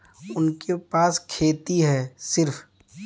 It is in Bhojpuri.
उनके पास खेती हैं सिर्फ